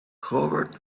covered